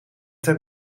ter